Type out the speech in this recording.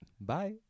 Bye